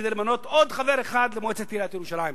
כדי למנות עוד חבר אחד למועצת עיריית ירושלים.